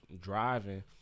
driving